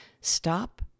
stop